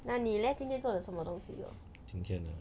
那你 leh 今天做什么东西 oh